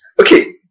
okay